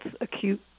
acute